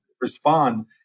respond